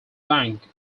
bank